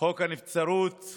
חוק הנבצרות,